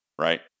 right